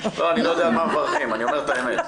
אני לא יודע על מה מברכים, אני אומר את האמת.